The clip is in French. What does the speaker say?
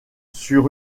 sur